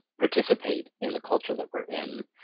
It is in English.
participate in the culture that we're in.